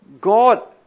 God